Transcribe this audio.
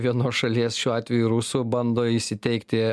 vienos šalies šiuo atveju rusų bando įsiteikti